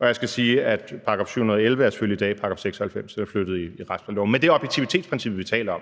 Jeg skal sige, at § 711 selvfølgelig i dag er § 96, den er flyttet i retsplejeloven, men det er objektivitetsprincippet, vi taler om,